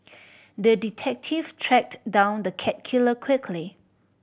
the detective tracked down the cat killer quickly